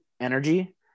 energy